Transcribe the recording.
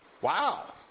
Wow